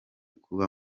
kuba